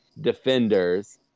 defenders